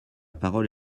parole